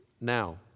now